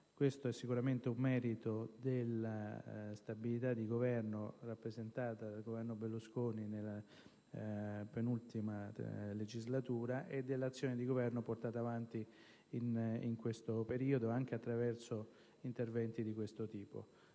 Ciò è certamente merito della stabilità di governo realizzata dall'Esecutivo Berlusconi nella penultima legislatura e dell'azione di governo portata avanti in questo periodo anche attraverso interventi di questo tipo.